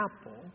apple